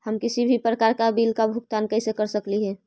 हम किसी भी प्रकार का बिल का भुगतान कर सकली हे?